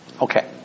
Okay